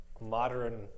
modern